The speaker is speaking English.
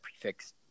prefix